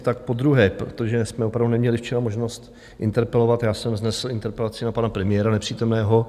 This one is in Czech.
Tak podruhé: protože jsme opravdu neměli včera možnost interpelovat, já jsem vznesl interpelaci na pana premiéra nepřítomného.